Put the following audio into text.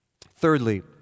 Thirdly